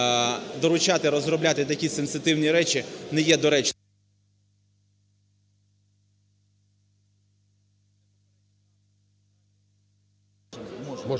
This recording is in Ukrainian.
доручати розробляти такі сенситивні речі не є доречним.